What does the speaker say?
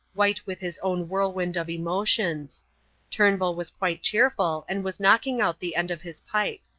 white with his own whirlwind of emotions turnbull was quite cheerful and was knocking out the end of his pipe.